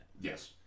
yes